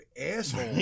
asshole